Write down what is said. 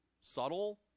subtle